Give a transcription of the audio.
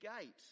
gate